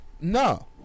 no